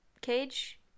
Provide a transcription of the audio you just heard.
cage